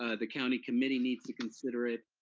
ah the county committee needs to consider it,